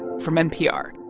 from npr